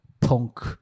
punk